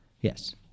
Yes